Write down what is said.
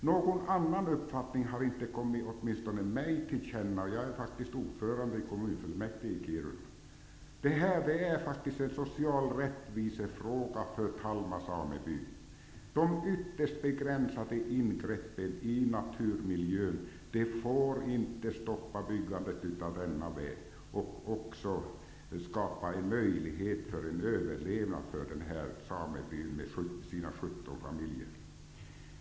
Någon annan uppfattning har åtminstone inte getts mig till känna, och jag är faktiskt ordförande i kommunfullmäktige i Kiruna. Det här är faktiskt en social rättvisefråga för Talma sameby. De ytterst begränsade ingreppen i naturmiljön får inte stoppa byggandet av denna väg och skapandet av en möjlighet till överlevnad för denna sameby med sina 17 familjer.